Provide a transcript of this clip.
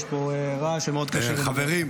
יש פה רעש שמאוד קשה --- חברים,